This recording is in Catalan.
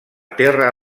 terra